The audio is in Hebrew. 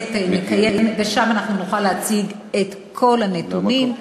ושם נוכל להציג את כל הנתונים,